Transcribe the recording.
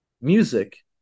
music